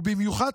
ובמיוחד,